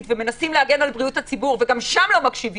ומנסים להגן על בריאות הציבור וגם שם לא מקשיבים,